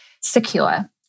secure